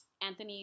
Anthony